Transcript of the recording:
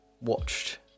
watched